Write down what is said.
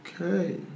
Okay